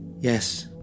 yes